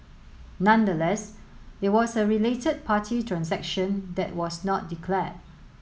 nonetheless it was a related party transaction that was not declared